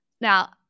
Now